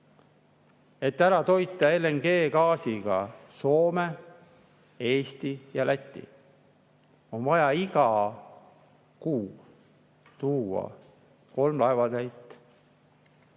Et ära toita LNG-ga Soome, Eesti ja Läti, on vaja iga kuu tuua kolm laevatäit